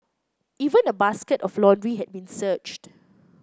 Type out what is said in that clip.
even a basket of laundry had been searched